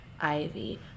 Ivy